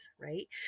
right